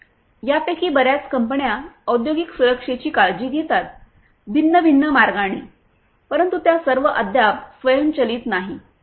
यापैकी बर्याच कंपन्या औद्योगिक सुरक्षेची काळजी घेतात भिन्न भिन्न मार्गांनी परंतु त्या सर्व अद्याप स्वयंचलित नाहीत